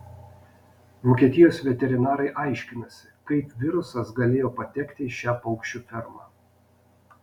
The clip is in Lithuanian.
vokietijos veterinarai aiškinasi kaip virusas galėjo patekti į šią paukščių fermą